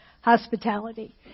hospitality